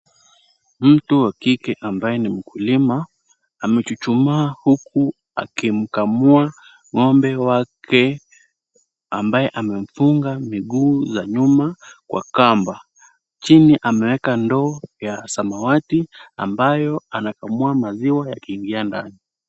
Mtu wa kike ambaye ni mkulima amechuchumaa huku akimkamua ng'ombe wake ambaye amemfunga miguu za nyuma kwa kamba. Chini ameweka ndoo ya samawati ambayo anakamua maziwa yakiingia ndani.